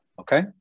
okay